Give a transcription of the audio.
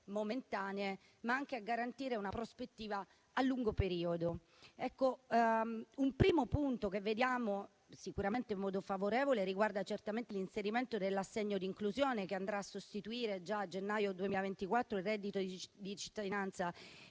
momentanee, ma anche a garantire una prospettiva di lungo periodo. Un primo punto che vediamo in modo favorevole riguarda certamente l'inserimento dell'assegno di inclusione, che andrà a sostituire, già a gennaio 2024, il reddito di cittadinanza